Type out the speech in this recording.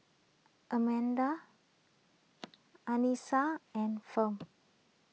Almeda Anissa and Fount